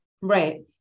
Right